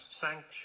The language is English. sanctions